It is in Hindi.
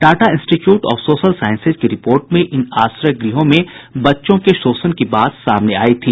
Tata institute of social sciences की रिपोर्ट में इन आश्रय गृहों में बच्चों के शोषण की बात सामने आयी थी